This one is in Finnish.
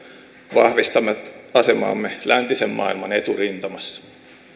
vahvistavat asemaamme läntisen maailman eturintamassa